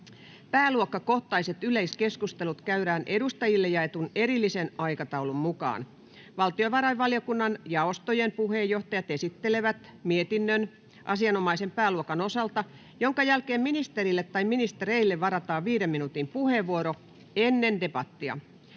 Pääluokkakohtaiset yleiskeskustelut käydään edustajille jaetun erillisen aikataulun mukaan. Valtiovarainvaliokunnan jaostojen puheenjohtajat esittelevät mietinnön asianomaisen pääluokan osalta, minkä jälkeen ministerille tai ministereille varataan viiden minuutin puheenvuoro ennen debattia.